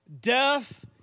death